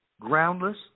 groundless